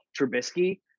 Trubisky